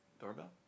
Doorbell